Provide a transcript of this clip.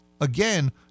again